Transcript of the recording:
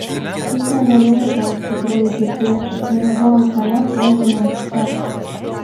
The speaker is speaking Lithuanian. jis negalėjo to iš tikrųjų girdėti nes buvo antrame požemio aukšte